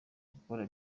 gukora